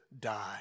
die